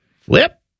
Flip